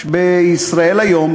ב"ישראל היום",